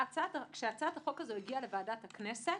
כשהצעת החוק הזו הגיעה לוועדת הכנסת,